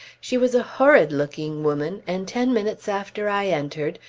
she was a horrid-looking woman, and ten minutes after i entered,